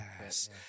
yes